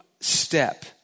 step